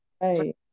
right